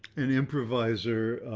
an improviser